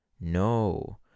no